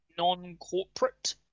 non-corporate